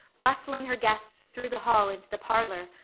bustling her guests through the hall into the parlor,